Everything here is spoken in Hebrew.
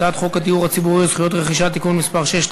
הצעת חוק הדיור הציבורי (זכויות רכישה) (תיקון מס' 6),